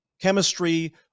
chemistry